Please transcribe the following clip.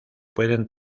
pueden